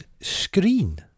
screen